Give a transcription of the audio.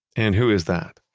and who is that?